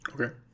okay